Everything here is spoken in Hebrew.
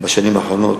בשנים האחרונות